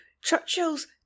Churchill's